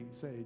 say